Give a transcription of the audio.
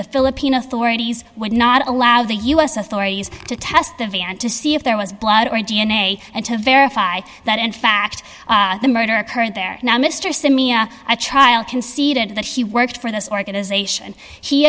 the philippine authorities would not allow the u s authorities to test the van to see if there was blood or d n a and to verify that in fact the murder occurred there now mr simeon a child conceded that he worked for this organization he